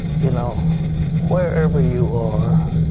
you know wherever you are,